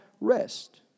rest